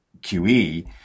QE